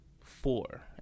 four